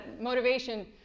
motivation